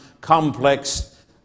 complex